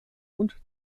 und